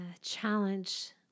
challenge